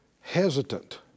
hesitant